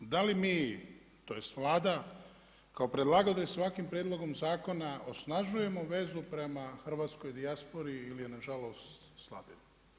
Da li mi tj. Vlada kao predlagatelj svakim prijedlogom zakona osnažujemo vezu prema hrvatskoj dijaspori ili je nažalost slabimo?